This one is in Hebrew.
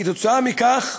עקב כך,